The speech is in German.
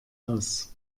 aus